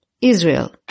Israel